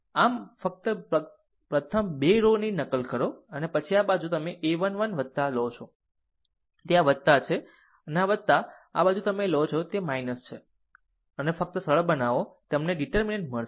આમ ફક્ત પ્રથમ 2 રો ઓની નકલ કરો અને આ બાજુ તમે a 1 1 લો છો તે આ છે અને આ બાજુ તમે લે છે અને ફક્ત સરળ બનાવો તમને ડીટેર્મિનન્ટ મળશે